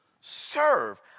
serve